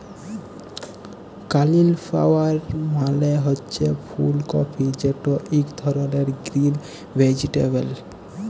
cauliflower মালে হছে ফুল কফি যেট ইক ধরলের গ্রিল ভেজিটেবল